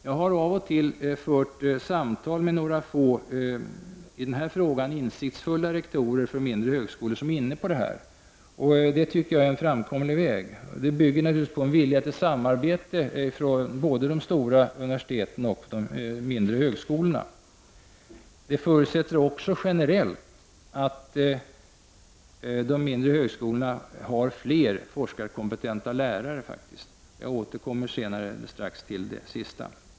Jag har av och till fört samtal med några få, i denna fråga insiktsfulla rektorer för mindre högskolor som är inne på detta. Det tycker jag är en framkomlig väg. Det bygger naturligtvis på en vilja till samarbete från både de stora universiteten och de mindre högskolorna. Det förutsätter också, generellt, att de mindre högskolorna har fler forskarkompetenta lärare. Jag återkommer strax till detta sista.